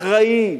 אחראי,